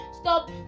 Stop